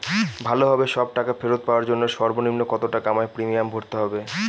ভালোভাবে সব টাকা ফেরত পাওয়ার জন্য সর্বনিম্ন কতটাকা আমায় প্রিমিয়াম ভরতে হবে?